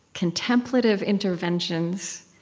contemplative interventions,